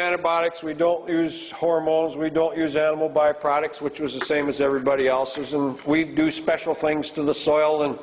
antibiotics we don't use hormones we don't use animal by products which was the same as everybody else and some we do special things to the soil in